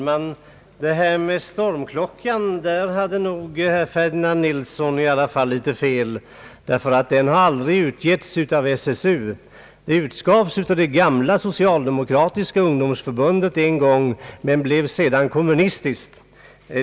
Herr talman! Detta med Stormklockan minns herr Ferdinand Nilsson fel. Den har aldrig utgivits av SSU. Den utgavs en gång av det gamla socialdemokratiska ungdomsförbundet, men blev sedan kommunistisk.